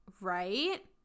right